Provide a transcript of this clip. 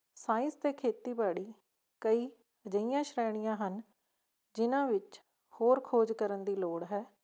science ਅਤੇ ਖੇਤੀਬਾੜੀ ਕਈ ਅਜਿਹੀਆਂ ਸ਼੍ਰੇਣੀਆਂ ਹਨ ਜਿਹਨਾਂ ਵਿੱਚ ਹੋਰ ਖੋਜ ਕਰਨ ਦੀ ਲੋੜ ਹੈ